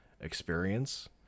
experience